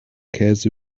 käse